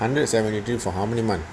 hundred and seventy three for how many month